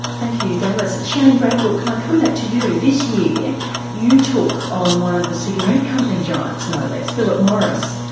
thank you dallas. shane bradbrook can i come back to you. this year you took on one of the cigarette company giants no less, phillip morris,